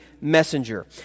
messenger